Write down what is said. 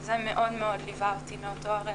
זה מאוד ליווה אותי מאותו רגע,